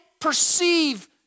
perceive